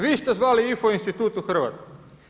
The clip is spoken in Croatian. Vi ste zvali info institut u Hrvatsku.